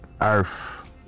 earth